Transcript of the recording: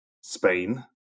Spain